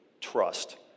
trust